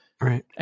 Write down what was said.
Right